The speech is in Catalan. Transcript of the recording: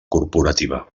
corporativa